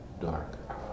dark